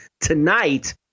tonight